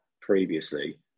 previously